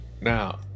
Now